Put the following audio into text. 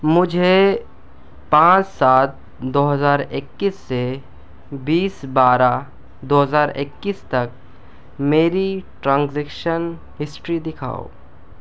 مجھے پانچ سات دو ہزار اکیس سے بیس بارہ دو ہزار اکیس تک میری ٹرانزیکشن ہسٹری دکھاؤ